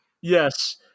Yes